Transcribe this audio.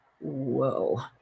whoa